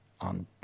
on